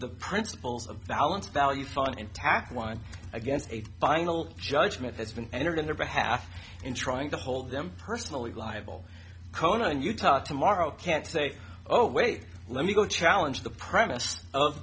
the principles of balance value fund intact one against a final judgment has been entered in their behalf in trying to hold them personally liable conan utah tomorrow can't say oh wait let me go challenge the premise of